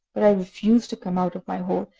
but i refused to come out of my hole,